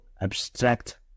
abstract